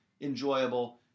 enjoyable